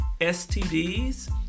STDs